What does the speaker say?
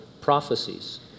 prophecies